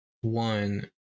one